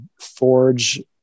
forge